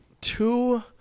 Two